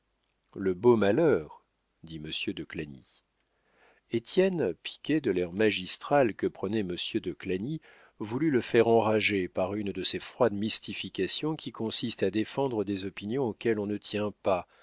le beau malheur dit monsieur de clagny étienne piqué de l'air magistral que prenait monsieur de clagny voulut le faire enrager par une de ces froides mystifications qui consistent à défendre des opinions auxquelles on ne tient pas